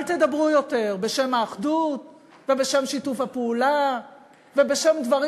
אל תדברו יותר בשם האחדות ובשם שיתוף הפעולה ובשם דברים